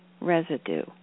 residue